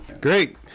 Great